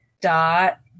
dot